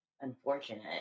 unfortunate